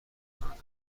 کنند